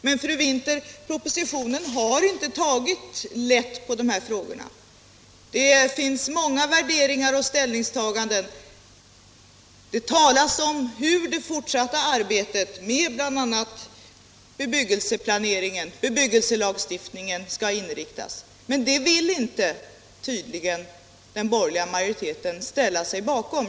Men, fru Winther, propositionen har inte tagit lätt på de här frågorna. Det finns många värderingar och ställningstaganden. Det talas om hur det fortsatta arbetet med bl.a. bebyggelseplaneringen och bebyggelselagstiftningen skall inriktas, men det vill tydligen inte den borgerliga majoriteten ställa sig bakom.